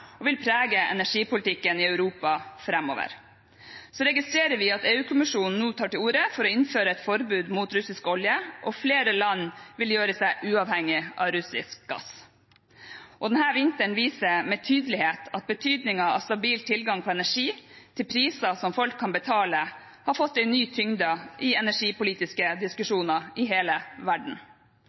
og vil prege energipolitikken i Europa framover. Så registrerer vi at EU-kommisjonen nå tar til orde for å innføre et forbud mot russisk olje, og flere land vil gjøre seg uavhengig av russisk gass. Denne vinteren viser med tydelighet at betydningen av stabil tilgang på energi, til priser som folk kan betale, har fått en ny tyngde i energipolitiske diskusjoner i hele verden.